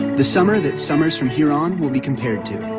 the summer that summers from here on will be compared to.